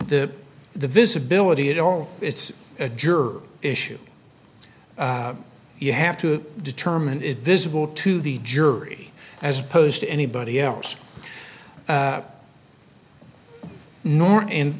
the the visibility at all it's a juror issue you have to determine it visible to the jury as opposed to anybody else